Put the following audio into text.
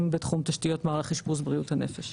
בתחום תשתיות מערך אשפוז בריאות הנפש.